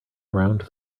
around